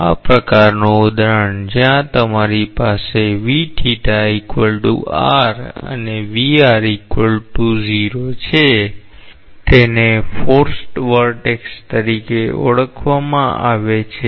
આ પ્રકારનું ઉદાહરણ જ્યાં તમારી પાસે અને છે તેને ફોર્સ્ડ વોર્ટેક્સ તરીકે ઓળખવામાં આવે છે